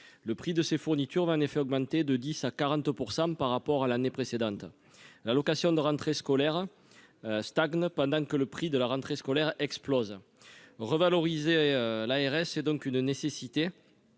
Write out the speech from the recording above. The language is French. Le prix de ces fournitures va en effet augmenter de 10 % à 40 % par rapport à l'année précédente. L'allocation de rentrée scolaire (ARS) stagne pendant que le prix de la rentrée explose. Revaloriser l'ARS est donc une nécessité,